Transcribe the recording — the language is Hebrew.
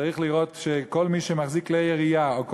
צריך לראות שכל מי שמחזיק כלי ירייה או כל